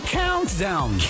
countdown